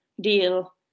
deal